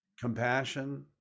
compassion